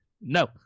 no